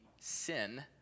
sin